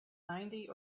ninety